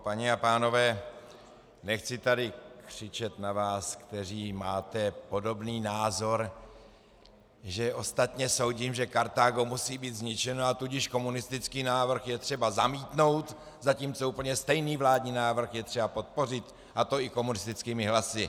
Paní a pánové, nechci tady na křičet na vás, kteří máte podobný názor, že ostatně soudím, že Kartágo musí být zničeno, a tudíž komunistický návrh je třeba zamítnout, zatímco úplně stejný vládní návrh je třeba podpořit, a to i komunistickými hlasy.